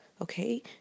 Okay